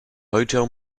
hotel